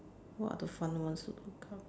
what are the fun ones to look up